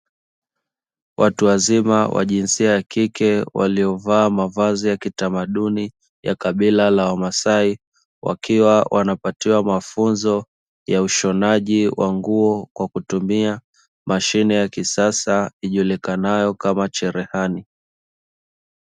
Watuwazima wa jinsia ya kike waliovaa mavazi ya kitamaduni ya kabila la wamasai, wakiwa wanapatiwa mafunzo ya ushonaji wa nguo kwa kutumia mashine ya kisasa ijulikanayo kama cherehani.